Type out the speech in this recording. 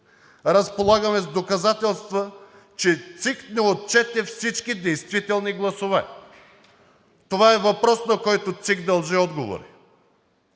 Разполагаме с доказателства, че ЦИК не отчете всички действителни гласове. Това е въпрос, на който ЦИК дължи отговори.